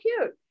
cute